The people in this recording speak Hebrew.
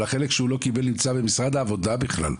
אבל החלק שהוא לא קיבל נמצא במשרד העבודה בכלל.